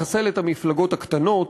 לחסל את המפלגות הקטנות,